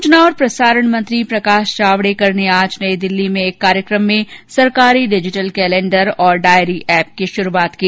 सूचना और प्रसारण मंत्री प्रकाश जावडेकर ने आज नई दिल्ली में एक कार्यक्म में सरकारी डिजिटल केलेंडर और डायरी एप की शुरूआत की